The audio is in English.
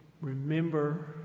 remember